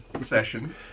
session